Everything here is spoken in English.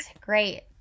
great